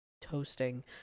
toasting